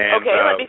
Okay